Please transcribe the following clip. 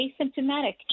asymptomatic